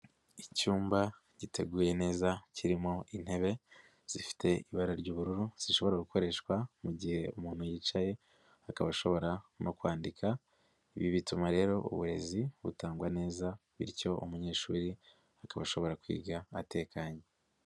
Icyumba giteguye neza kirimo intebe zifite ibara ry'ubururu zishobora gukoreshwa mu gihe umuntu yicaye akaba ashobora mu kwandika, ibi bituma rero uburezi butangwa neza bityo umunyeshuri akaba ashobora kwiga atekanye.